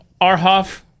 Arhoff